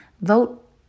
Vote